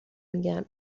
میگم